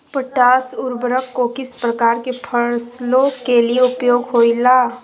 Potash उर्वरक को किस प्रकार के फसलों के लिए उपयोग होईला?